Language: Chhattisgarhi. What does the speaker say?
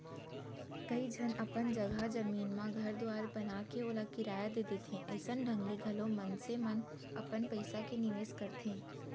कइ झन अपन जघा जमीन म घर दुवार बनाके ओला किराया दे देथे अइसन ढंग ले घलौ मनसे मन अपन पइसा के निवेस करथे